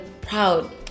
proud